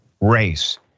race